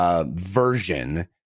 Version